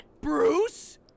Bruce